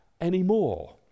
anymore